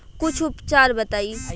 कुछ उपचार बताई?